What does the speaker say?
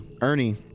Ernie